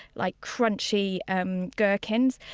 like crunchy um gherkins,